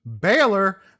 Baylor